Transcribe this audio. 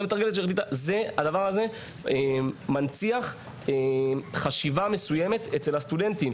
הדבר הזה מנציח חשיבה מסוימת אצל הסטודנטים.